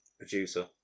producer